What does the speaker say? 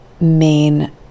main